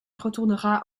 retourna